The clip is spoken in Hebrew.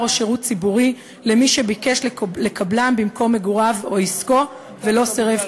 או שירות ציבורי למי שביקש לקבלם במקום מגוריו או עסקו ולא סירב,